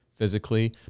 physically